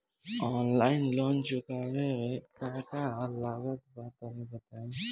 Online loan चुकावे म का का लागत बा तनि बताई?